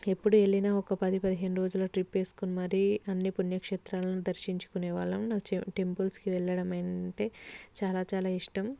ఎప్పుడు వెళ్ళిన ఒక పది పదిహేను రోజుల ట్రిప్ వేసుకుని మరి అన్నీ పుణ్యక్షేత్రాలను దర్శించుకునే వాళ్ళం నాకు చా టెంపుల్స్కి వెళ్ళడం అంటే చాలా చాలా ఇష్టం